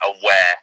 aware